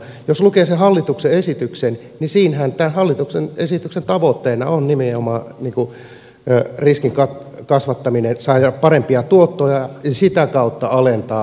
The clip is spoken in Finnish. jos lukee sen hallituksen esityksen niin siinähän tämän hallituksen esityksen tavoitteena on nimenomaan riskin kasvattaminen saada parempia tuottoja ja sitä kautta alentaa työeläkemaksuja